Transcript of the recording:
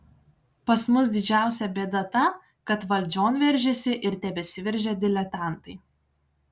pas mus didžiausia bėda ta kad valdžion veržėsi ir tebesiveržia diletantai